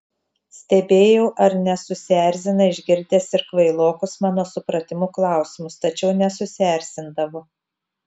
stebėjau ar nesusierzina išgirdęs ir kvailokus mano supratimu klausimus tačiau nesusierzindavo